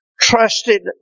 trusted